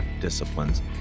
disciplines